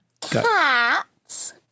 Cats